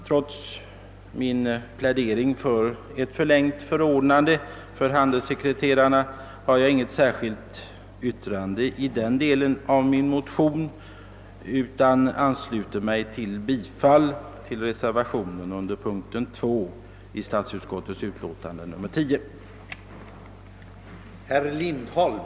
Trots min plädering för ett förlängt förordnande för handelssekreterarna har jag inget särskilt yrkande beträffande den delen av min motion utan ansluter mig till det av herr Sjönell framställda yrkandet om bifall till reservationen 1 vid punkten 2.